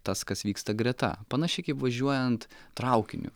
tas kas vyksta greta panašiai kaip važiuojant traukiniu